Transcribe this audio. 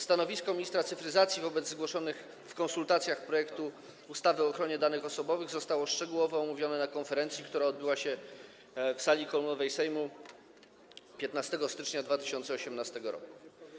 Stanowisko ministra cyfryzacji wobec uwag zgłoszonych w czasie konsultacji projektu ustawy o ochronie danych osobowych zostało szczegółowo omówione na konferencji, która odbyła się w sali kolumnowej Sejmu 15 stycznia 2018 r.